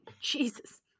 Jesus